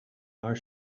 are